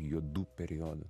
juodų periodų